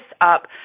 up